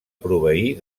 proveir